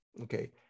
Okay